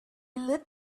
lit